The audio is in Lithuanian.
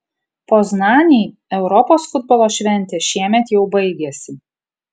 poznanei europos futbolo šventė šiemet jau baigėsi